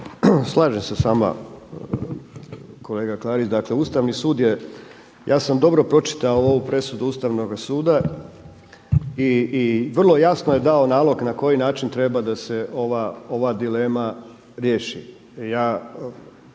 Slažem se s vama kolega Klarić, dakle Ustavni sud je ja sam dobro pročitao presudu Ustavnoga suda i vrlo je jasno dao nalog na koji način treba da se ova dilema riješi